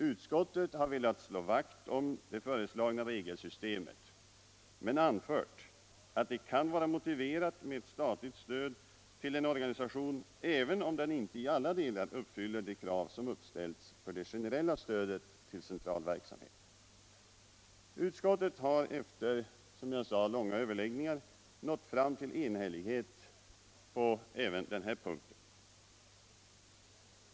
Utskottet har velat slå vakt om det föreslagna regelsystemet men anfört, att det kan vara motiverat med ett statligt stöd till en organisation även om den inte i alla delar uppfyller de krav som uppställts för det generella stödet till central verksamhet. Utskottet har, som jag sade, efter långa överläggningar nått fram till enhällighet även på denna punkt.